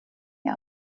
mir